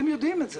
אתם יודעים את זה.